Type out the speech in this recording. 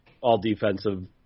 all-defensive